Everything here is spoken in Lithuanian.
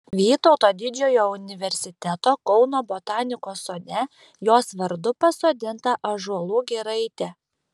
vytauto didžiojo universiteto kauno botanikos sode jos vardu pasodinta ąžuolų giraitė